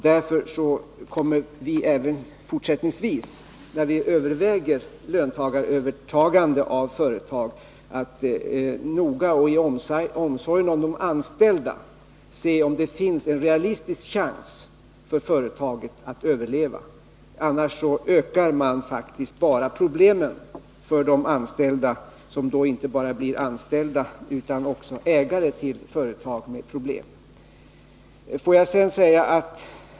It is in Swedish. Därför kommer vi även fortsättningsvis, när vi överväger löntagarövertagande av företag, att i omsorg om de anställda noga granska om det finns en realistisk chans för företaget att överleva. Annars ökar man faktiskt bara problemen för de anställda, som då inte bara blir anställda i utan också ägare till företag med problem.